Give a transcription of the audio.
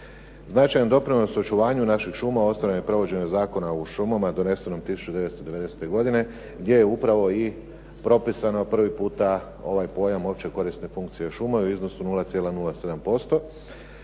Značajan doprinos u očuvanju naših šuma, …/Govornik se ne razumije./… Zakona o šumama, donesenom 1990. godine gdje je upravo i propisano prvi puta ovaj pojam opće korisne funkcije šuma u iznosu 0,07%